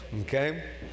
Okay